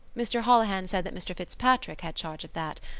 mr. holohan said that mr. fitzpatrick had charge of that.